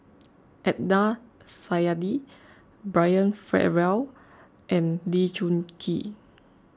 Adnan Saidi Brian Farrell and Lee Choon Kee